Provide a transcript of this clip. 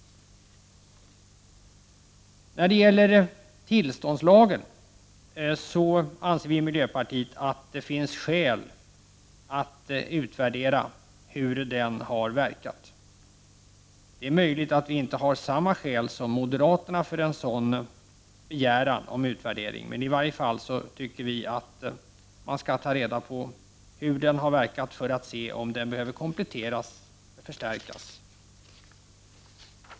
När det gäller tillståndslagen anser vi i miljöpartiet att det finns skäl att utvärdera hur den har verkat. Det är möjligt att vi inte har samma skäl som moderaterna för en sådan begäran om utvärdering, men i varje fall tycker vi att man skall ta reda på hur den har verkat, för att se om den behöver kompletteras eller förstärkas.